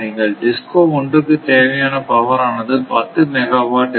DISCO 1 இக்கு தேவையான பவர் ஆனது 10 மெகாவாட் என்போம்